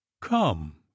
Come